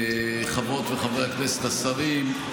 חברות וחבריי הכנסת, השרים,